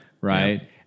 Right